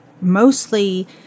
mostly